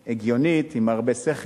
הגיונית, עם הרבה שכל.